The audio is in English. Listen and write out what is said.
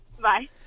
Bye